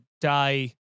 die